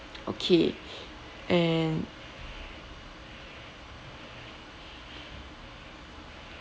okay and